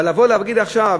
אבל לבוא ולהגיד עכשיו